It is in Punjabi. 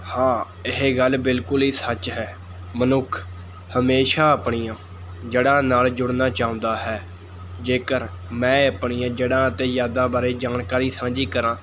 ਹਾਂ ਇਹ ਗੱਲ ਬਿਲਕੁਲ ਹੀ ਸੱਚ ਹੈ ਮਨੁੱਖ ਹਮੇਸ਼ਾ ਆਪਣੀਆਂ ਜੜ੍ਹਾਂ ਨਾਲ ਜੁੜਨਾ ਚਾਹੁੰਦਾ ਹੈ ਜੇਕਰ ਮੈਂ ਆਪਣੀਆਂ ਜੜ੍ਹਾਂ ਅਤੇ ਯਾਦਾਂ ਬਾਰੇ ਜਾਣਕਾਰੀ ਸਾਂਝੀ ਕਰਾਂ